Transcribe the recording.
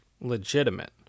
legitimate